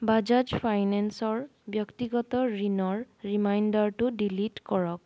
বাজাজ ফাইনেন্সৰ ব্যক্তিগত ঋণৰ ৰিমাইণ্ডাৰটো ডিলিট কৰক